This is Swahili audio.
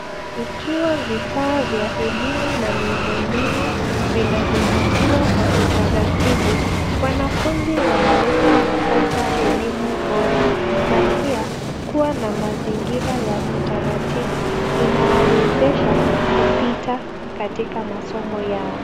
Ikiwa vifaa vya elimu na miundo mbinu vinazingatiwa kwa utaratibu, wanafunzi wanaweza kupata elimu bora na pia kuwa na mazingira ya utaratibu inawawezesha kupita katika masomo yao.